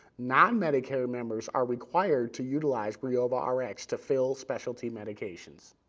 non-medicare members are required to utilize briovarx to fill specialty medications.